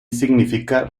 significa